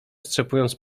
strzepując